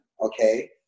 okay